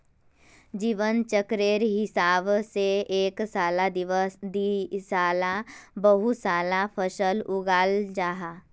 जीवन चक्रेर हिसाब से एक साला दिसाला बहु साला फसल उगाल जाहा